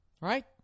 right